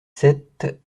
sept